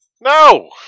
No